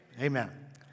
Amen